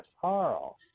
carl